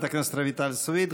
לחברת הכנסת רויטל סויד.